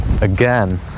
again